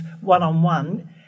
one-on-one